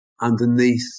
underneath